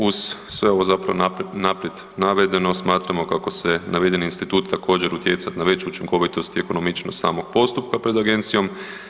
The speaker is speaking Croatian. Uz sve ovo zapravo naprijed navedeno smatramo kako će navedeni institut također utjecati na veću učinkovitost i ekonomičnost samog postupka pred agencijom.